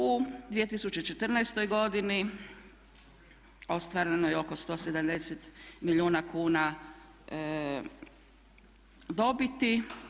U 2014. godini ostvareno je oko 170 milijuna kuna dobiti.